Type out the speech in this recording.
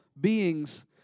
beings